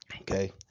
Okay